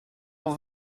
will